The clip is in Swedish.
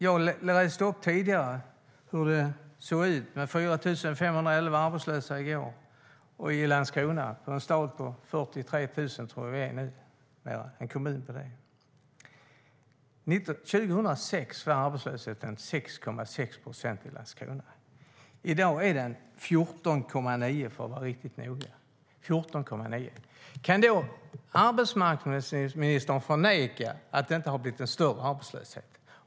Jag läste upp tidigare hur det såg ut med 4 511 arbetslösa i går i Landskrona, en kommun som nu har 43 000 invånare. År 2006 var arbetslösheten 6,6 procent i Landskrona. I dag är den 14,9 procent, för att vara riktigt noga. Kan arbetsmarknadsministern förneka att det blivit en större arbetslöshet?